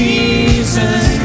Jesus